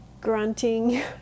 grunting